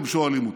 הם שואלים אותי: